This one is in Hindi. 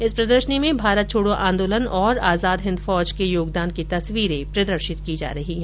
इस प्रदर्शनी में भारत छोड़ो आंदोलन और आजाद हिन्द फौज के योगदान की तस्वीरें प्रदर्शित की जा रही है